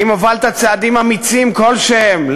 האם הובלת צעדים אמיצים כלשהם,